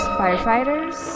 firefighters